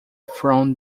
from